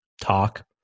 talk